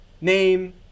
name